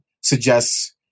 suggests